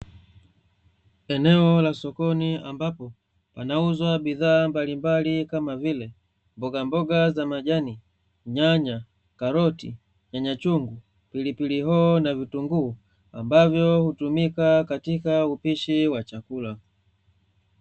Eneo la sokoni ambapo panauzwa bidhaa mbalimbali kama vile mbogamboga za majani, nyanya, karoti, nyanya chungu, pilipili hoho na vitunguu ambavyo hutumika katika upishi wa chakula.